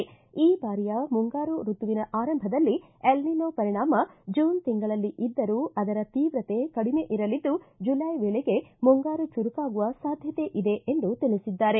ಈ ಬಾರಿಯ ಮುಂಗಾರು ಋತುವಿನ ಆರಂಭದಲ್ಲಿ ಎಲ್ನಿನೋ ಪರಿಣಾಮ ಜೂನ್ ತಿಂಗಳಲ್ಲಿ ಇದ್ದರೂ ಅದರ ತೀವ್ರತೆ ಕಡಿಮೆ ಇರಲಿದ್ದು ಜುಲೈ ವೇಳೆಗೆ ಮುಂಗಾರು ಚುರುಕಾಗುವ ಸಾಧ್ಯತೆ ಇದೆ ಎಂದು ತಿಳಿಸಿದ್ದಾರೆ